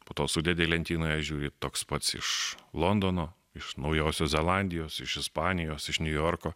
po to sudedi lentynoje žiūri toks pats iš londono iš naujosios zelandijos iš ispanijos iš niujorko